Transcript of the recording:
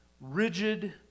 rigid